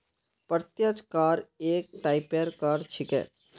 प्रत्यक्ष कर एक टाइपेर कर छिके